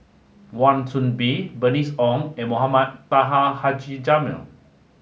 Wan Soon Bee Bernice Ong and Mohamed Taha Haji Jamil